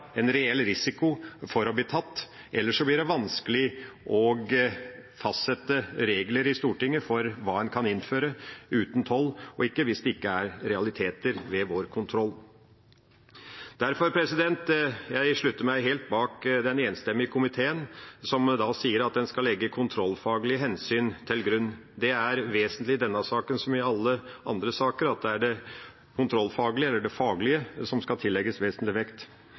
en reell risiko for å bli tatt. Ellers blir det vanskelig å fastsette regler i Stortinget for hva en kan innføre uten toll, hvis det ikke er realiteter ved vår kontroll. Derfor slutter jeg meg helt til den enstemmige komiteen, som sier en skal legge kontrollfaglige hensyn til grunn. Det er vesentlig i denne saken, som i alle andre saker, at det er det kontrollfaglige eller det faglige som skal tillegges vesentlig vekt.